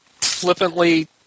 flippantly